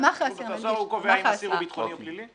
הוא קובע אם אסיר הוא ביטחוני או פלילי?